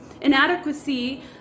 inadequacy